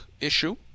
issue